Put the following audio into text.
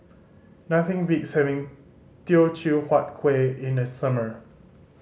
nothing beats having Teochew Huat Kueh in the summer